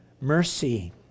mercy